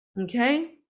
okay